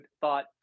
thought